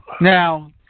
Now